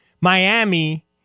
Miami